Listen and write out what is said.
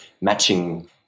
matching